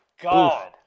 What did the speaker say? God